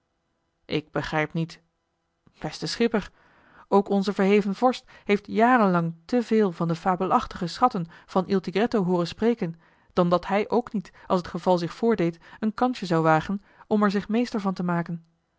ik begrijp niet beste schipper ook onze verheven vorst heeft jarenlang te veel van de fabelachtige schatten van il tigretto hooren spreken dan dat hij ook niet als het geval zich voordeed een kansje zou wagen om joh h been paddeltje de scheepsjongen van michiel de ruijter er zich meester van te maken